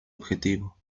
objetivo